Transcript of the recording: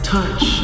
Touch